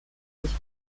sich